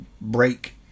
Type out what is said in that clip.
break